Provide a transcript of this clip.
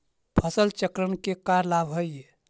फसल चक्रण के का लाभ हई?